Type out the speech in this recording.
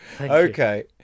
okay